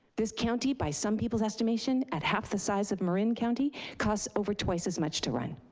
this county, by some people's estimation, at half the size of marin county, costs over twice as much to run.